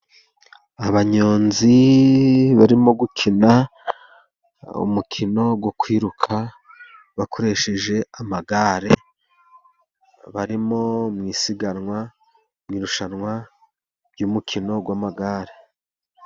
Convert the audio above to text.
Abanyonzi barimo gukina umukino wo kwiruka bakoresheje amagare. Barimo mu isiganwa, mu irushanwa ry'umukino w'amagare.